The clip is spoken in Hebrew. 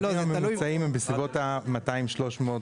התווים הממוצעים הם בסביבות ה-200-300 ₪.